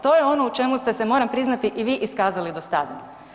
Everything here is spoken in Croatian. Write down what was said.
To je ono u čemu ste se moram priznati i vi iskazali do sada.